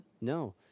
no